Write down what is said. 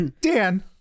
dan